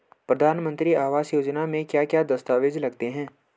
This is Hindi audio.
प्रधानमंत्री आवास योजना में क्या क्या दस्तावेज लगते हैं?